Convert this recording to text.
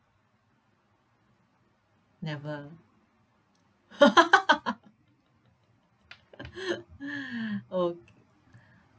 never okay